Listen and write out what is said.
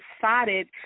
decided